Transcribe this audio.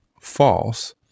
false